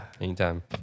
Anytime